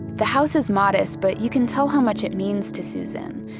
the house is modest. but you can tell how much it means to susan.